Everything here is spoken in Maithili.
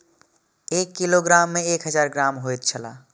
एक किलोग्राम में एक हजार ग्राम होयत छला